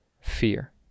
fear